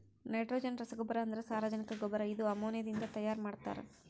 nitrogen ರಸಗೊಬ್ಬರ ಅಂದ್ರ ಸಾರಜನಕ ಗೊಬ್ಬರ ಇದು ಅಮೋನಿಯಾದಿಂದ ತೈಯಾರ ಮಾಡ್ತಾರ್